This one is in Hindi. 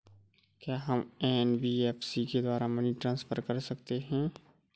क्या हम एन.बी.एफ.सी के द्वारा मनी ट्रांसफर कर सकते हैं?